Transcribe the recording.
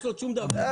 אוירבך.